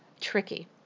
tricky